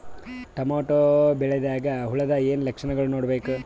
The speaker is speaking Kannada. ಟೊಮೇಟೊ ಬೆಳಿದಾಗ್ ಹುಳದ ಏನ್ ಲಕ್ಷಣಗಳು ನೋಡ್ಬೇಕು?